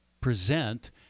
present